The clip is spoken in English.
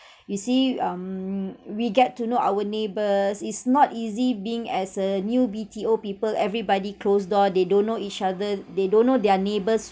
you see um we get to know our neighbours it's not easy being as a new B_T_O people everybody close door they don't know each other they don't know their neighbours